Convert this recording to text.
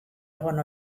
egon